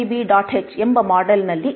h ಎಂಬ model ನಲ್ಲಿ ಇರಿಸಿ